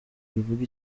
bivuga